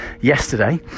yesterday